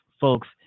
folks